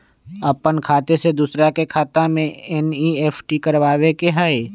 अपन खाते से दूसरा के खाता में एन.ई.एफ.टी करवावे के हई?